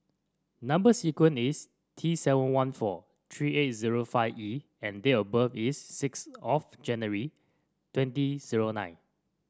number sequence is T seven one four three eight zero five E and date of birth is six of January twenty zero nine